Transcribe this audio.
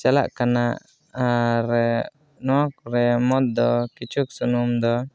ᱪᱟᱞᱟᱜ ᱠᱟᱱᱟ ᱟᱨ ᱱᱚᱣᱟ ᱠᱚᱨᱮ ᱢᱚᱫᱽ ᱫᱚ ᱠᱤᱪᱷᱩ ᱥᱩᱱᱩᱢ ᱫᱚ